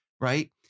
Right